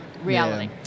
Reality